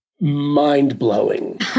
Mind-blowing